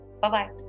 bye-bye